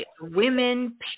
Women